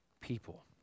people